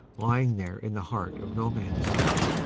lying there in the heart of no man s land.